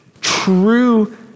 true